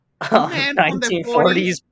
1940s